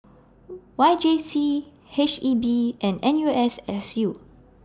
Y J C H E B and N U S S U